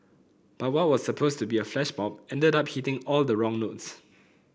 but what was supposed to be a flash mob ended up hitting all the wrong notes